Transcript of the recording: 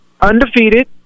undefeated